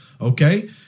okay